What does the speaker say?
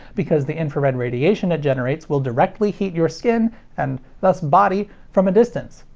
because the infrared radiation it generates will directly heat your skin and thus body from a distance.